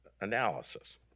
analysis